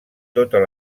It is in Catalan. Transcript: totes